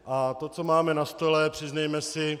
A to, co máme na stole, přiznejme si...